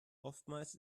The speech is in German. oftmals